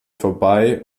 vorbei